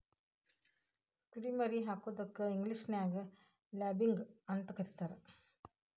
ಕುರಿ ಮರಿ ಹಾಕೋದಕ್ಕ ಇಂಗ್ಲೇಷನ್ಯಾಗ ಲ್ಯಾಬಿಂಗ್ ಅಂತ ಕರೇತಾರ